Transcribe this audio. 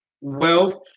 wealth